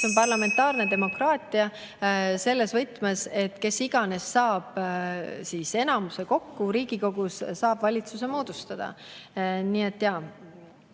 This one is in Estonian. on parlamentaarne demokraatia selles võtmes, et kes iganes saab Riigikogus enamuse kokku, saab valitsuse moodustada. Nii et ei,